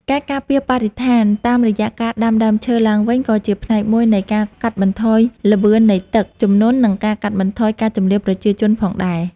ការការពារបរិស្ថានតាមរយៈការដាំដើមឈើឡើងវិញក៏ជាផ្នែកមួយនៃការកាត់បន្ថយល្បឿននៃទឹកជំនន់ និងការកាត់បន្ថយការជម្លៀសប្រជាជនផងដែរ។